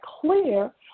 clear